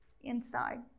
inside